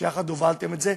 שיחד הובלתם את זה,